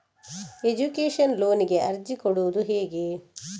Education ಲೋನಿಗೆ ಅರ್ಜಿ ಕೊಡೂದು ಹೇಗೆ?